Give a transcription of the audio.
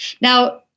Now